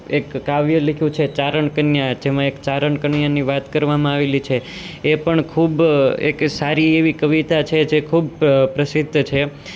એક કાવ્ય લખ્યું છે ચારણ કન્યા જેમાં એક ચારણ કન્યાની વાત કરવામાં આવેલી છે એ પણ ખૂબ એક સારી એવી કવિતા છે જે ખૂબ પ્રસિદ્ધ છે